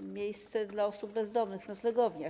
miejsce dla osób bezdomnych w noclegowniach.